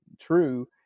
true